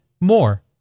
more